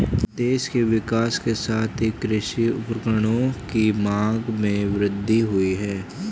देश के विकास के साथ ही कृषि उपकरणों की मांग में वृद्धि हुयी है